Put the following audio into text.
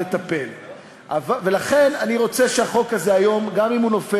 אכן השאלה שהעלה חבר הכנסת ברושי מכוונת